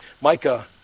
Micah